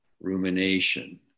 rumination